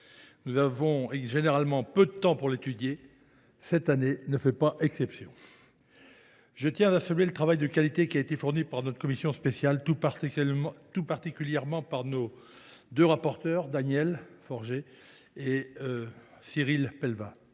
Nous avons généralement peu de temps pour l’étudier. Cette année ne fait pas exception. Je tiens à saluer le travail de qualité qui a été fourni par la commission spéciale, tout particulièrement par nos deux rapporteurs, Daniel Fargeot et Cyril Pellevat.